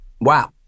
Wow